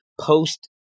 post-